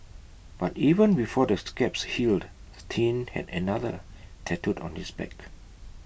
but even before the scabs healed the teen had another tattooed on his back